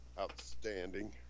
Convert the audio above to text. Outstanding